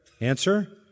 Answer